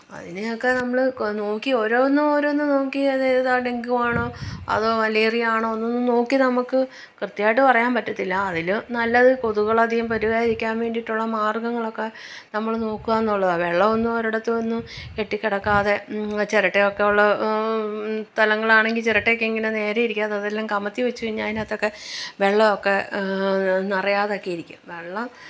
അതിനെയൊക്കെ നമ്മള് കൊ നോക്കി ഓരോന്നും ഓരോന്ന് നോക്കി അതേതാ ഡെങ്കുവാണോ അതോ മലേറിയ ആണോ എന്നൊന്നും നോക്കി നമുക്ക് കൃത്യമായിട്ട് പറയാൻ പറ്റത്തില്ല അതില് നല്ലത് കൊതുകുകളധികം പെരുകാതിരിക്കുക വേണ്ടിയിട്ടുള്ള മാര്ഗങ്ങളൊക്കെ നമ്മള് നോക്കുക എന്നുള്ളതാണ് വെള്ളവൊന്നും ഒരിടത്തുവൊന്നും കെട്ടി കിടക്കാതെ ചിരട്ടയൊക്കെയുള്ള സ്ഥലങ്ങളാണെങ്കിൽ ചിരട്ടയൊക്കെ ഇങ്ങനെ നേരെ ഇരിക്കാതെ അതെല്ലാം കമത്തി വെച്ച് കഴിഞ്ഞാൽ അതിനകത്തൊക്കെ വെള്ളമൊക്കെ നിറയാതെ ഇരിക്കും വെള്ളം